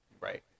Right